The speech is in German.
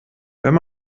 wenn